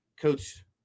Coach